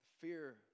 Fear